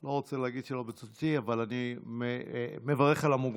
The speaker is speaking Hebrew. לא רוצה להגיד שלא, אבל אני מברך על המוגמר.